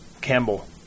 Campbell